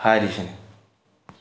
ꯍꯥꯏꯔꯤꯁꯤꯅꯤ